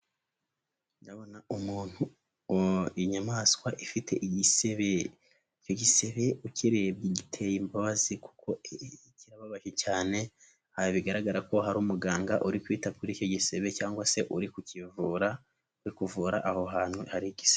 Ndabona umuntu, inyamaswa ifite igisebe, icyo gisebe ukirebye giteye imbabazi, kuko kibabaje cyane, aha bigaragara ko hari umuganga uri kwita kuri icyo gisebe cyangwa se uri kukivura, we kuvura aho hantu hari igisebe.